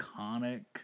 iconic